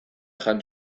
jan